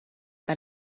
but